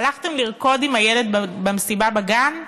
הלכתם לרקוד עם הילד במסיבה בגן?